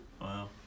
Wow